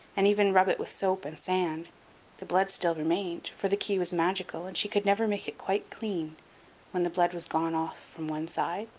and even rub it with soap and sand the blood still remained, for the key was magical and she could never make it quite clean when the blood was gone off from one side,